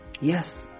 Yes